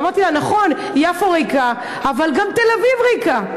אמרתי לה: נכון, יפו ריקה, אבל גם תל-אביב ריקה.